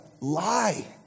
Lie